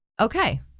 okay